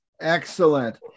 Excellent